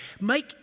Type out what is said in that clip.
Make